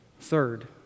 Third